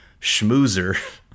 Schmoozer